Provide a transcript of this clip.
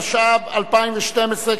התשע"ב 2012,